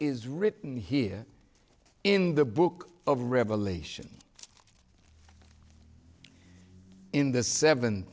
is written here in the book of revelation in the seven